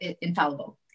infallible